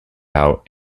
out